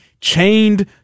chained